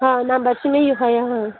آ نَمبر چھُ مےٚ یِہوے اۭں